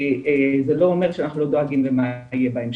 זה לא אומר שאנחנו לא דואגים למה יהיה בהמשך.